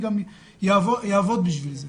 אני גם אעבוד בשביל זה.